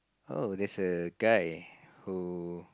oh there's a guy who